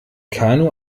kanu